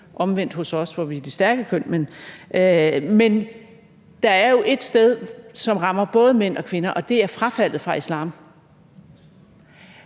omvendt hos os, hvor vi er det stærke køn. Men der er jo ét sted, som rammer både mænd og kvinder, og det er frafaldet fra islam